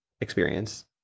experience